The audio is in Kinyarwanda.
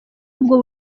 ubwo